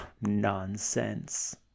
Nonsense